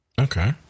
Okay